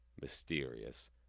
mysterious